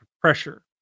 pressure